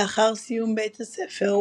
לאחר סיום בית הספר,